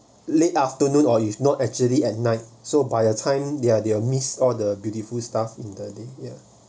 late afternoon or it's not actually and night so by your time they're they're miss all the beautiful stuff in the day ya